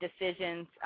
decisions